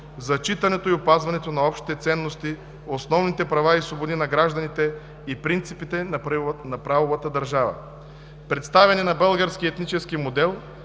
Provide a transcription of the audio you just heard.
зачитането и опазването на общите ценности, основните права и свободи на гражданите и принципите на правовата държава; - представяне на българския етнически модел